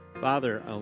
Father